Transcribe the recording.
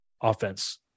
offense